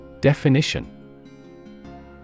Definition